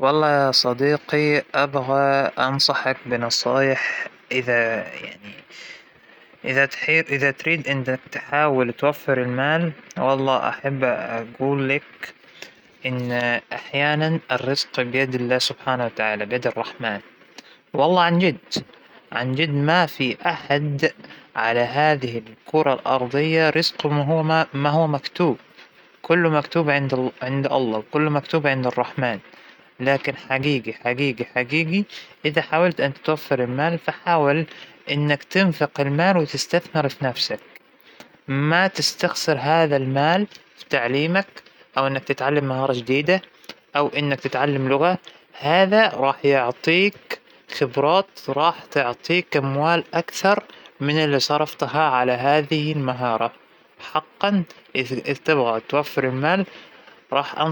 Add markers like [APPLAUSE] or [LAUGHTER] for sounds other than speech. لآزم يكون عنده سمارت جول، وش يعني سمارت جول، إنه ما يقول أنا أبي وفر مصارى وخلاص، لأ أنا بدي وفر مبلغ قيمته كذا في مدة زمنية قد كذا، [HESITATION] لما هو ليش تبى توفرالمصاري هذى، بدى أوفرهم منشان اشترى